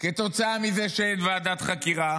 כתוצאה מזה שאין ועדת חקירה